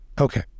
Okay